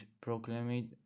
proclaimed